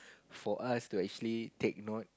for us to actually take note